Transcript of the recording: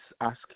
ask